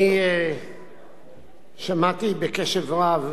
אני שמעתי בקשב רב